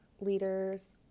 leaders